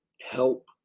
help